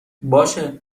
باشه